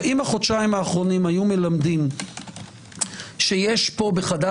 אם החודשיים האחרונים היו מלמדים שיש פה בחדר